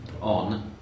on